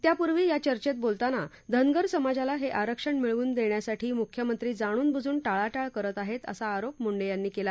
त्यापूर्वी या चर्चेत बोलताना धनगर समाजाला हे आरक्षण मिळवून देण्यासाठी मुख्यमंत्री जाणूनबुजून टाळाटाळ करत आहेत असा आरोप मुंडे यांनी केला